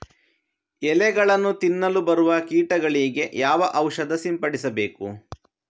ಎಲೆಗಳನ್ನು ತಿನ್ನಲು ಬರುವ ಕೀಟಗಳಿಗೆ ಯಾವ ಔಷಧ ಸಿಂಪಡಿಸಬೇಕು?